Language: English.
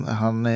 han